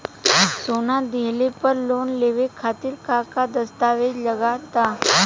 सोना दिहले पर लोन लेवे खातिर का का दस्तावेज लागा ता?